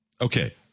Okay